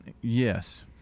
Yes